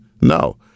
No